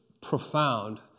profound